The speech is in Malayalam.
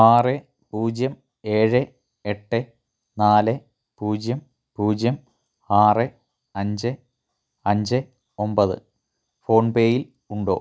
ആറ് പൂജ്യം ഏഴ് എട്ട് നാല് പൂജ്യം പൂജ്യം ആറ് അഞ്ച് അഞ്ച് ഒമ്പത് ഫോൺ പേയിൽ ഉണ്ടോ